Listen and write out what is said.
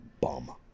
Bum